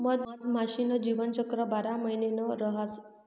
मधमाशी न जीवनचक्र बारा महिना न रहास